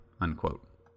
unquote